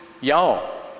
y'all